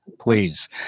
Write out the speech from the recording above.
please